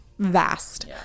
vast